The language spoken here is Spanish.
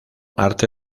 arte